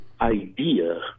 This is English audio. idea